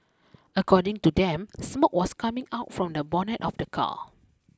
according to them smoke was coming out from the bonnet of the car